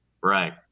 right